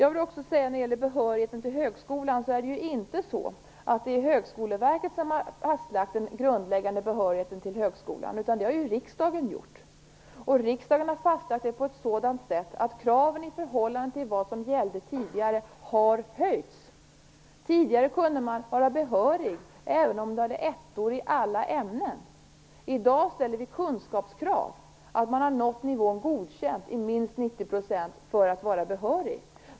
När det gäller behörigheten till gymnasieskolan är det inte Högskoleverket som har fastställt den grundläggande behörigheten till högskolan, utan det har riksdagen gjort. De av riksdagen fastställda kraven har höjts i förhållande till vad som gällde tidigare. Tidigare kunde man vara behörig även om man hade ettor i alla ämnen. I dag ställer vi kunskapskrav, att man skall ha uppnått nivån godkänd i minst 90 % av ämnena för att vara behörig.